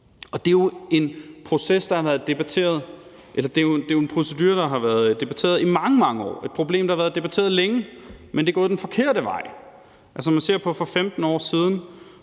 ud. Det er jo en procedure, der har været debatteret i mange, mange år, og et problem, der har været debatteret længe, men det er gået den forkerte vej. Når man ser på for 15 år siden,